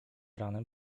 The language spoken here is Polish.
ranem